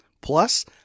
Plus